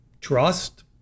trust